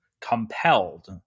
compelled